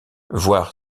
voir